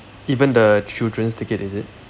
even the children's ticket is it